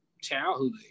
childhood